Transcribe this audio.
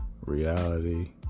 reality